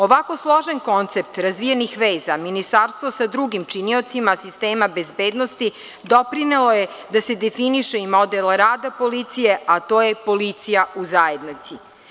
Ovako složen koncept razvijenih veza, Ministarstvo sa drugim činiocima sistema bezbednosti doprinelo je da se definiše i model rada policije, a to je policija u zajednici.